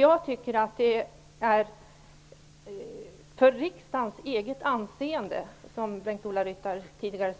Jag tycker att det för riksdagens eget anseende, som Bengt-Ola Ryttar tidigare